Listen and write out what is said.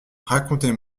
racontez